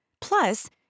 Plus